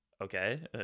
okay